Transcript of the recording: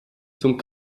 zum